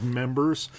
members